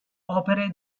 opere